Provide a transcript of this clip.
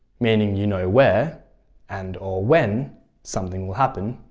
meaning you know where and or when something will happen,